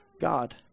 God